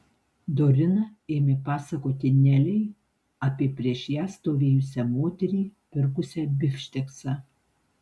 dorina ėmė pasakoti nelei apie prieš ją stovėjusią moterį pirkusią bifšteksą